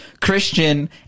Christian